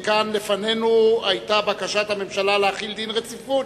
לפנינו היתה בקשת הממשלה להחיל דין רציפות